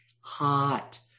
hot